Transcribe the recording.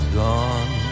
gone